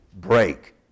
break